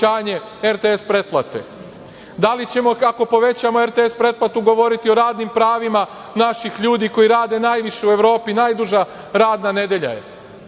RTS pretplate? Da li ćemo ako povećamo RTS pretplatu govoriti o radnim pravima naših ljudi koji rade najviše u Evropi, najduža radna nedelja?